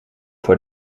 voor